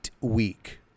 Week